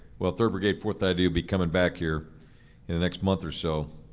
well third brigade, fourth id will be coming back here in the next month or so.